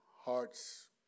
hearts